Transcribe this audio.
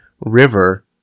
River